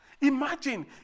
Imagine